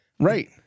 Right